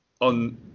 on